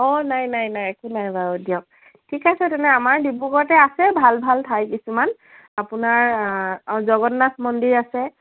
অঁ নাই নাই নাই একো নাই বাৰু দিয়ক ঠিক আছে তেনে আমাৰ ডিব্ৰুগড়তে আছে ভাল ভাল ঠাই কিছুমান আপোনাৰ জগন্নাথ মন্দিৰ আছে